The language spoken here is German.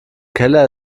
keller